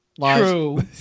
True